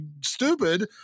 stupid